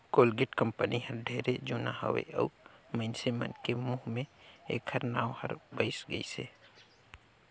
Colgate company हर ढेरे जुना हवे अऊ मइनसे मन के मुंह मे ऐखर नाव हर बइस गइसे